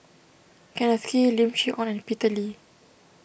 Kenneth Kee Lim Chee Onn and Peter Lee